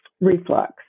reflux